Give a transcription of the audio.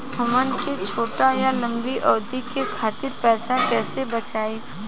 हमन के छोटी या लंबी अवधि के खातिर पैसा कैसे बचाइब?